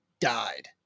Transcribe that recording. died